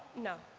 no,